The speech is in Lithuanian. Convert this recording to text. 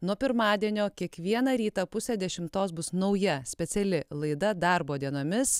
nuo pirmadienio kiekvieną rytą pusę dešimtos bus nauja speciali laida darbo dienomis